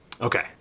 Okay